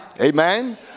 Amen